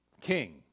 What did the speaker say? king